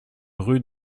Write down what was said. rue